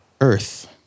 Earth